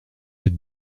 être